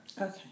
Okay